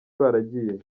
baragiye